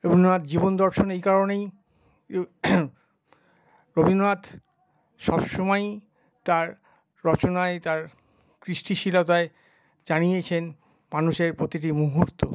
রবীন্দ্রনাথ জীবন দর্শন এই কারণেই রবীন্দ্রনাথ সবসময়ই তার রচনায় তার কৃষ্টিশীলতায় জানিয়েছেন মানুষের প্রতিটি মুহূর্ত